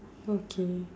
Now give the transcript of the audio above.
okay